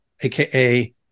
AKA